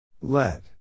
Let